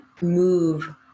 move